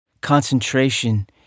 Concentration